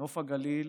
נוף הגליל,